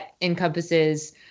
encompasses